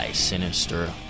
Sinister